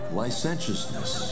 licentiousness